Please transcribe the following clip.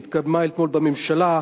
שהתקדמה אתמול בממשלה,